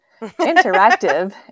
interactive